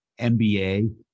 MBA